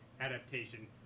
adaptation